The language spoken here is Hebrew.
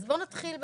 אז בואו נתחיל,